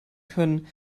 können